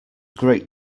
great